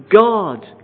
God